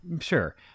sure